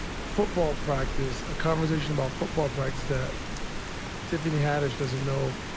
football practice, a conversation about football practice that tiffany haddish doesn't know.